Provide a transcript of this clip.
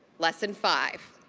lesson five.